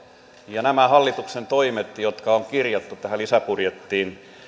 ja nämä hallituksen toimet jotka on kirjattu tähän lisäbudjettiin